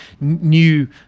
new